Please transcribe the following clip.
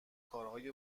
کارهای